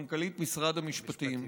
מנכ"לית משרד המשפטים,